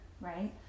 right